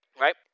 Right